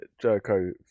Jericho